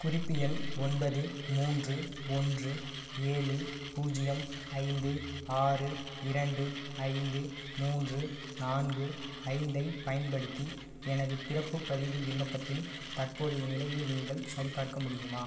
குறிப்பு எண் ஒன்பது மூன்று ஒன்று ஏழு பூஜ்ஜியம் ஐந்து ஆறு இரண்டு ஐந்து மூன்று நான்கு ஐந்தைப் பயன்படுத்தி எனது பிறப்பு பதிவு விண்ணப்பத்தின் தற்போதைய நிலையை நீங்கள் சரிபார்க்க முடியுமா